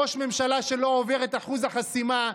ראש ממשלה שלא עובר את אחוז החסימה,